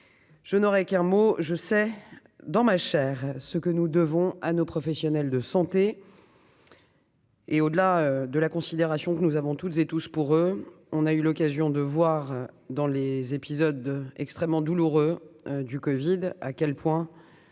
Je n'aurais Guillermo je sais dans ma chère, ce que nous devons à nos professionnels de santé. Et au-delà de la considération que nous avons toutes et tous pour eux, on a eu l'occasion de voir dans les épisodes extrêmement douloureux du Covid à quel point